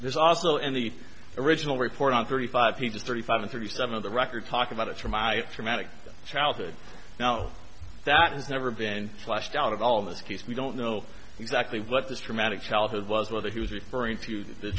there's also in the original report on thirty five people thirty five and thirty seven of the record talk about it from my traumatic childhood now that has never been flushed out of all this case we don't know exactly what the traumatic childhood was whether he was referring to the